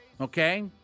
okay